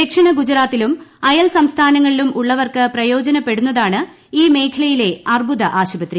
ദക്ഷിണ ഗുജറാത്തിലും അയൽ സംസ്ഥാനങ്ങളിലും ഉള്ളവർക്ക് പ്രയോജനപ്പെടുന്നതാണ് ഈ മേഖലയിലെ അർബുദ ആശുപത്രി